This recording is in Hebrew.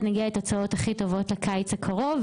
נגיע לתוצאות הכי טובות לקיץ הקרוב,